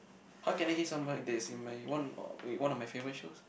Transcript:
how can I hate someone that is in my one wait one of my favourite shows